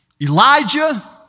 Elijah